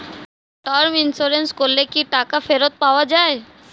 Term insurance করলে কি টাকা ফেরত পাওয়া যায়?